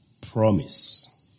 promise